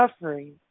suffering